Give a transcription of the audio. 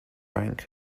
rank